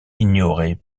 ignorés